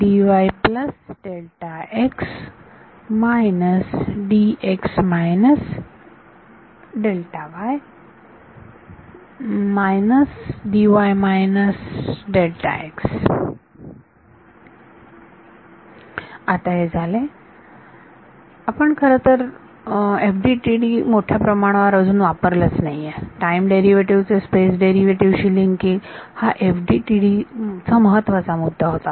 आता हे झाले आपण खरं तर FDTD मोठ्या प्रमाणावर अजून वापरलेच नाही टाईम डेरिव्हेटिव्ह चे स्पेस डेरिव्हेटिव्ह शी लिंकिंग हा FDTD महत्त्वाचा मुद्दा होता